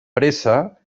pressa